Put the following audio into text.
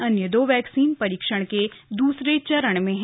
अन्य दो वैक्सीन परीक्षण के दूसरे चरण में है